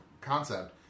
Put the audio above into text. concept